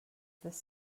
this